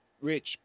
Rich